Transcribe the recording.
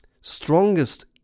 strongest